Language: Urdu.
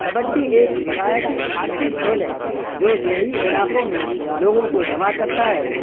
کبڈی ایک روایتی بھارتی کھیل ہے جو دیہی علاقوں میں لوگوں کو جمع کرتا ہے